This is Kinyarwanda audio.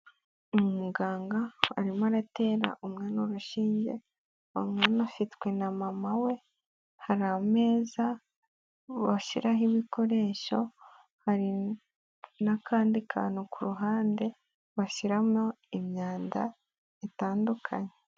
Umuganga arimo aratera umwana urushinge, uwo mwana afitwe na mama we, hari ameza bashyiraho ibikoresho, hari n'akandi kantu ku ruhande bashyiramo imyanda itandukanye.